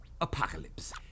apocalypse